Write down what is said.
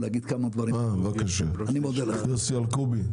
בבקשה, יוסי אלקובי.